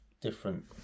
different